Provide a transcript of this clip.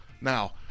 Now